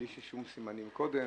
וללא כל סימנים מקודם.